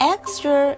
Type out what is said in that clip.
Extra